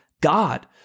God